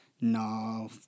No